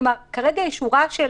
כרגע יש שורה של